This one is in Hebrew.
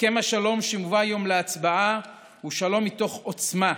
הסכם השלום שמובא היום להצבעה הוא שלום מתוך עוצמה.